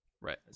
Right